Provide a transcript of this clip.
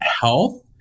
health